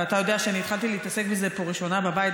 ואתה יודע שאני התחלתי להתעסק בזה ראשונה פה בבית,